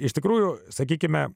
iš tikrųjų sakykime